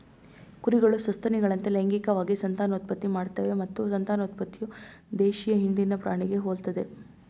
ಕುರಿಗಳು ಸಸ್ತನಿಗಳಂತೆ ಲೈಂಗಿಕವಾಗಿ ಸಂತಾನೋತ್ಪತ್ತಿ ಮಾಡ್ತವೆ ಮತ್ತು ಸಂತಾನೋತ್ಪತ್ತಿಯು ದೇಶೀಯ ಹಿಂಡಿನ ಪ್ರಾಣಿಗೆ ಹೋಲ್ತದೆ